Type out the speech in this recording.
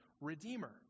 redeemer